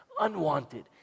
unwanted